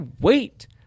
wait